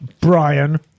Brian